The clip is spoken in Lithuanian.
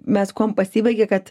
mes kuom pasibaigė kad